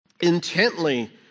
intently